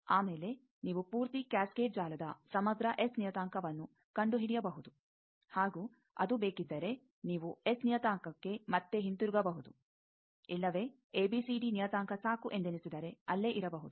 ಆಮೇಲೆ ನೀವು ಪೂರ್ತಿ ಕ್ಯಾಸ್ಕೆಡ್ ಜಾಲದ ಸಮಗ್ರ ಎಸ್ ನಿಯತಾಂಕವನ್ನು ಕಂಡುಹಿಡಿಯಬಹುದು ಹಾಗೂ ಅದು ಬೇಕಿದ್ದರೆ ನೀವು ಎಸ್ ನಿಯತಾಂಕಕ್ಕೆ ಮತ್ತೆ ಹಿಂದಿರುಗಬಹುದು ಇಲ್ಲವೇ ಎಬಿಸಿಡಿ ನಿಯತಾಂಕ ಸಾಕು ಎಂದೆಣಿಸಿದರೆ ಅಲ್ಲೇ ಇರಬಹುದು